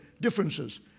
differences